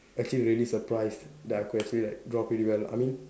actually really surprised that I could actually like draw pretty well I mean